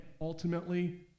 ultimately